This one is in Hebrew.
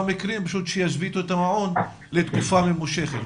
מקרים והם ישביתו את המעון לתקופה ממושכת.